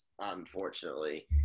Unfortunately